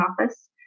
office